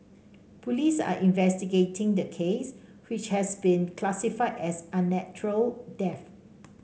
police are investigating the case which has been classified as an unnatural death